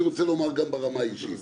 אני רוצה לומר ברמה האישית,